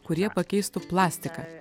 kurie pakeistų plastiką